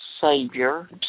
savior